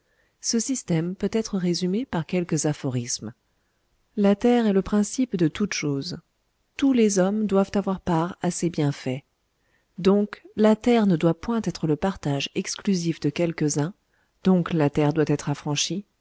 ce système peut être résumé par quelques aphorismes la terre est le principe de toutes choses tous les hommes doivent avoir part à ses bienfaits donc la terre ne doit point être le partage exclusif de quelques-uns donc la terre doit être affranchie